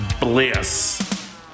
Bliss